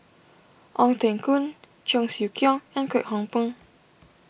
Ong Teng Koon Cheong Siew Keong and Kwek Hong Png